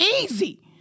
Easy